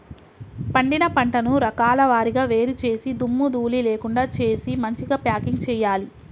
పండిన పంటను రకాల వారీగా వేరు చేసి దుమ్ము ధూళి లేకుండా చేసి మంచిగ ప్యాకింగ్ చేయాలి